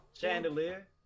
chandelier